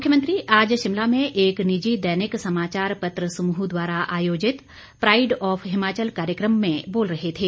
मुख्यमंत्री आज शिमला में एक निजी दैनिक समाचार पत्र समूह द्वारा आयोजित प्राईड ऑफ हिमाचल कार्यक्रम में बोल रहे थे